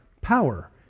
power